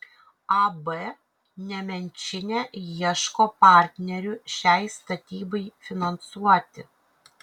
ab nemenčinė ieško partnerių šiai statybai finansuoti